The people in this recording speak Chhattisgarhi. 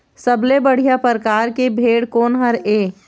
सबले बढ़िया परकार के भेड़ कोन हर ये?